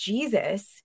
Jesus